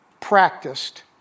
practiced